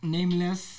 Nameless